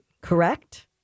correct